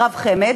הרב חמד